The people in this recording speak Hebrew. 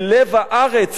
אל לב הארץ,